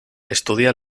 estudia